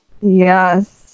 Yes